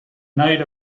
night